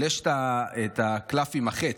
אבל יש הקלף עם החץ.